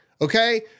okay